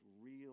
real